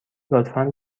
لطفا